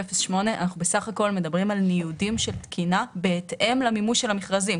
הכול מדברים על ניודים של תקינה בהתאם למימוש של המכרזים.